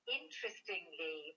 interestingly